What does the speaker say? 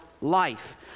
life